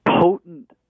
potent